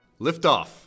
Liftoff